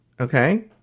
Okay